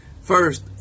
First